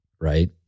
Right